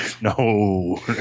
No